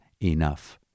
enough